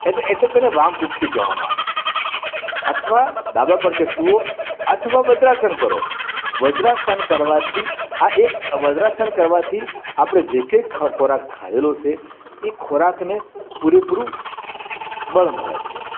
એટલે એટલે તેને વામવૃક્ષિ કહેવામાં આવે અથવા ડાબા પડખે સૂવો અથવા વદ્રાસન કરો વદ્રાસન કરવાથી આ એક વદ્રાસન કરવાથી આપણે જે કે ખોરાક ખાયેલો છે તે ખોરાકને પૂરે પૂરું બળ મળે છે